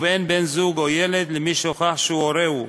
ובאין בן-זוג או ילד למי שהוכח שהוא הורהו.